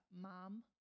mom